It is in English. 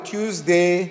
Tuesday